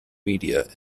media